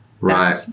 Right